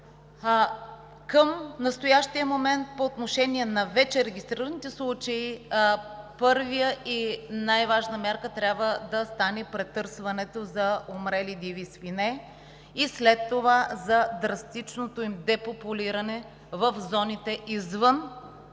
Към настоящия момент по отношение на вече регистрираните случаи първа и най-важна мярка трябва да стане претърсването за умрели диви свине и след това за драстичното им депопулиране в зоните извън